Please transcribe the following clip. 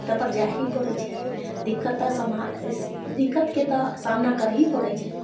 ओतऽपर जाही परै छै दिक्कत तऽ समाह दिक्कत के तऽ सामना करही पड़ै छै